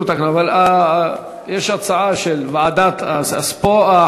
38 בעד, אין מתנגדים, אין נמנעים.